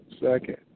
second